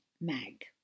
Mag